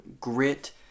grit